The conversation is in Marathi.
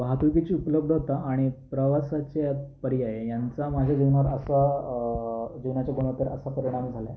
वाहतुकीची उपलब्धता आणि प्रवासाचे पर्याय यांचा माझ्या जीवनात आसा जीवनाच्या जीवनातील परिणाम झाला आहे